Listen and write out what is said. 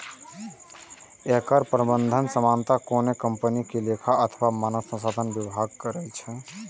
एकर प्रबंधन सामान्यतः कोनो कंपनी के लेखा अथवा मानव संसाधन विभाग करै छै